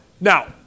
Now